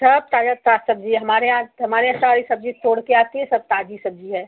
सब ताज़ा ताज सब्ज़ी है हमारे यहाँ हमारे यहाँ सारी सब्ज़ी तोड़के आती है सब ताज़ी सब्ज़ी है